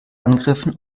angriffen